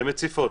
הן מציפות.